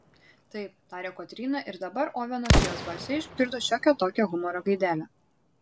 taip tarė kotryna ir dabar ovenas jos balse išgirdo šiokią tokią humoro gaidelę